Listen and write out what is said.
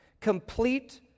complete